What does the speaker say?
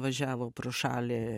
važiavo pro šalį